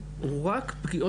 הוא רק פגיעות מחוץ למשפחה.